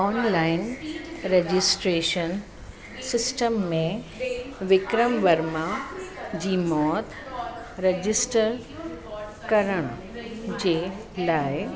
online registration system में विक्रम वर्मा जी मौत register करण जे लाइ